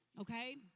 Okay